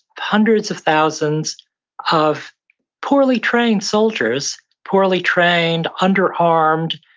hundreds of thousands of poorly trained soldiers, poorly trained under-armed,